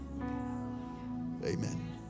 Amen